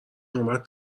نوبت